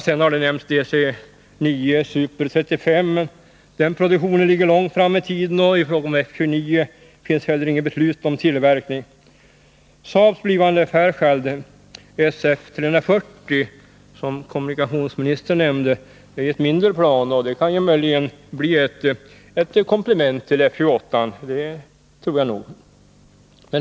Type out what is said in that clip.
Sedan har nämnts DC 9 Super 35, men den produktionen ligger långt fram i tiden, och i fråga om F 29 finns heller inget beslut om tillverkning. SAAB:s blivande Fairchild SF-340, som kommunikationsministern nämnde, är ett mindre plan, som möjligen kan bli ett komplement till F 28.